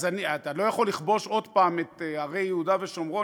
אתה לא יכול לכבוש עוד הפעם את הרי יהודה ושומרון,